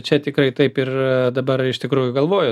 čia tikrai taip ir dabar iš tikrųjų galvoju